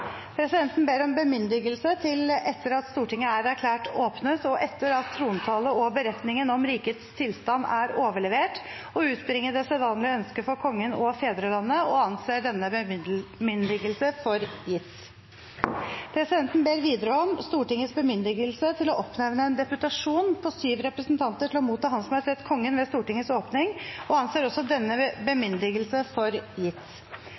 Presidenten ber om bemyndigelse til, etter at Stortinget er erklært åpnet og etter at trontale og beretningen om rikets tilstand er overlevert, å utbringe det sedvanlige ønske for Kongen og fedrelandet – og anser denne bemyndigelse for gitt. Presidenten ber videre om Stortingets bemyndigelse til å oppnevne en deputasjon på syv representanter til å motta Hans Majestet Kongen ved Stortingets åpning – og anser også denne